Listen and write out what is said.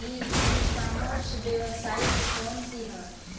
ई commerce website कौन सी है?